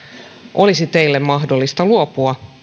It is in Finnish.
olisi teille mahdollista luopua